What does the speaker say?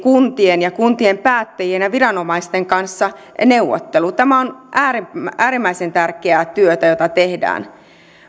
kuntien päättäjien ja viranomaisten kanssa tämä on äärimmäisen äärimmäisen tärkeää työtä jota tehdään